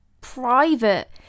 private